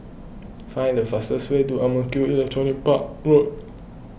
find the fastest way to Ang Mo Kio Electronics Park Road